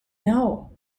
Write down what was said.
know